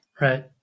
Right